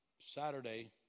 Saturday